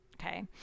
Okay